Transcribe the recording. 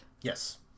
Yes